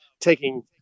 taking